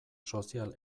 sozial